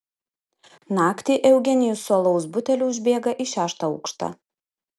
naktį eugenijus su alaus buteliu užbėga į šeštą aukštą